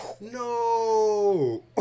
no